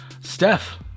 Steph